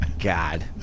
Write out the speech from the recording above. God